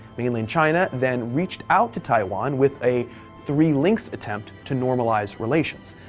mainland china then reached out to taiwan with a three links attempt to normalized relations.